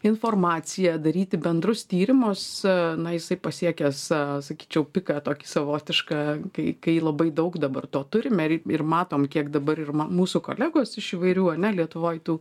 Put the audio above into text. informacija daryti bendrus tyrimus na jisai pasiekęs sakyčiau piką tokį savotišką kai kai labai daug dabar to turime ir ir matom kiek dabar ir mūsų kolegos iš įvairių ane lietuvoj tų